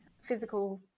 physical